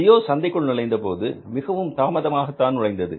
ஜியோ சந்தைக்குள் நுழைந்தபோது மிகவும் தாமதமாகத்தான் நுழைந்தது